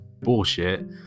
Bullshit